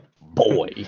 Boy